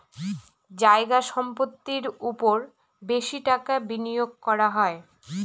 জায়গা সম্পত্তির ওপর বেশি টাকা বিনিয়োগ করা হয়